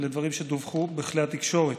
אלה דברים שדֻווחו בכלי התקשורת.